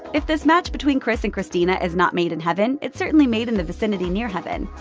if this match between chris and cristina is not made in heaven, it's certainly made in the vicinity near heaven.